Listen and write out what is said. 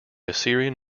assyrian